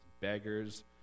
beggars